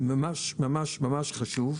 ממש-ממש חשוב.